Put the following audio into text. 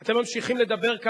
אתם ממשיכים לדבר כאן,